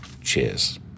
Cheers